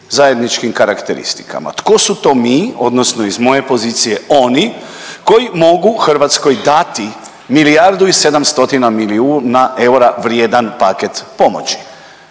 zajedničkim karakteristikama. Tko su to mi odnosno iz moje pozicije oni koji mogu Hrvatskoj dati milijardu i 700 milijuna eura vrijedan paket pomoći?